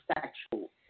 sexual